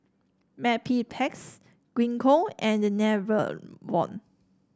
Mepilex Gingko and the Enervon